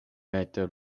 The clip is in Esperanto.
reta